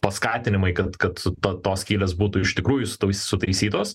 paskatinimai kad kad su to tos skylės būtų iš tikrųjų sutoi sutaisytos